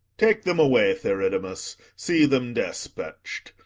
take them away, theridamas see them despatch'd.